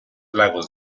lagos